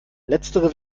letztere